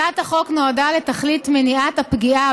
הצעת החוק נועדה לתכלית מניעת הפגיעה